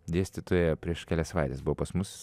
dėstytoja prieš kelias savaites buvo pas mus